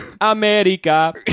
America